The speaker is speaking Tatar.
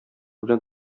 белән